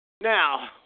Now